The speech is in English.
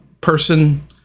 person